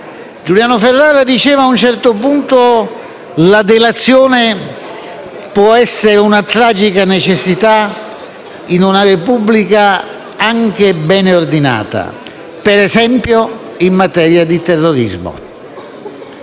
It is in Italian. su «Il Foglio», a un certo punto diceva che la delazione può essere una tragica necessità in una Repubblica anche ben ordinata, per esempio in materia di terrorismo.